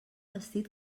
vestit